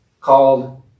called